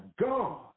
God